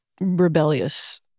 rebellious